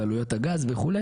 עלויות הגז וכו'